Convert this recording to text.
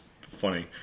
funny